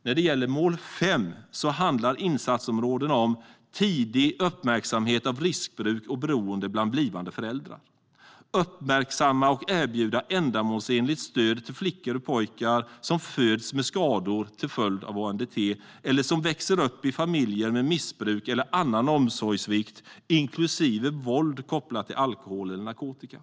När det gäller mål 5 handlar insatsområdena om tidig uppmärksamhet av riskbruk och beroende bland blivande föräldrar. Det handlar om att uppmärksamma och erbjuda ändamålsenligt stöd till flickor och pojkar som föds med skador till följd av ANDT eller som växer upp i familjer med missbruk eller annan omsorgssvikt, inklusive våld kopplat till alkohol eller narkotika.